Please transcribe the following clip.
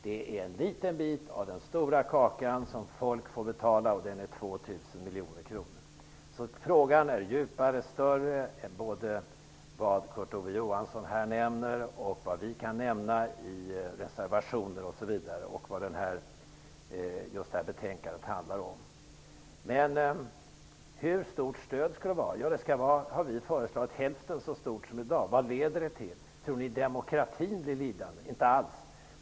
Det är en liten bit av den stora kaka som folk får betala, dvs. 2 000 Frågan är djupare och större än vad Kurt Ove Johansson här nämner, vad vi kan nämna i en reservation och vad detta betänkande handlar om. Hur stort skall stödet vara? Ja, vi har föreslagit att det skall vara hälften så stort som i dag. Vad leder det till? Tror ni att demokratin blir lidande? Inte alls!